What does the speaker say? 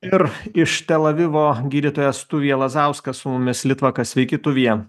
ir iš tel avivo gydytojas tuvija lazauskas su mumis litvakas sveiki tuvija